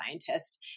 scientist